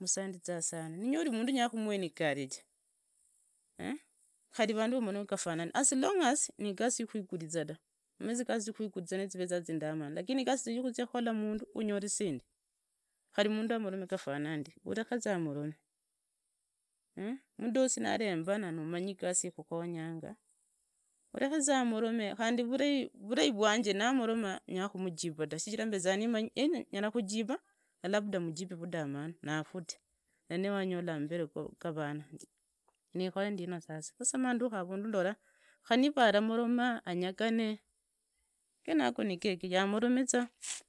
msandiza sana ninyori mundu nyakumu encourage kari vandu vomorome gafana ndi as long as nigasi yukwiguriza da shijira rwa ya mbasa igasi yeneyo ndari ni shindu daa lakini sasa yakhonya kabisa yambola niva wenya igozi nda khua na yakhavira nda ula yani ndaula yani ni kama yani ya khunzigiritsa misigo ndaula yani anzikiziri misigo kabisa kabisa ndave odaa soma daa saa ndii teva sasa insi ni nziena sasa kharinyore igasi yii khora khari niva ni shirinji shirini khuidikhu ndalla ole yani maisha ganje geondelei kabisa.